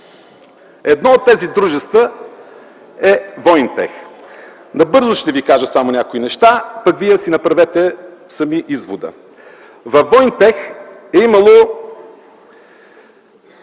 Едно от тези дружества е „Воинтех”. Набързо ще ви кажа само някои неща, пък вие си направете сами извода. Във „Воинтех” е имало